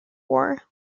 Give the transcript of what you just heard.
war